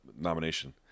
nomination